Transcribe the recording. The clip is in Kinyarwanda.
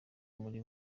muri